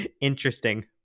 interesting